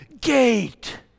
gate